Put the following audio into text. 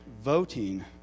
Voting